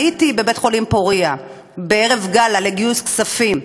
הייתי בבית-חולים פוריה בערב גאלה לגיוס כספים.